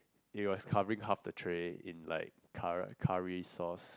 it was covering half the tray in like curr~ curry sauce